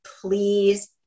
please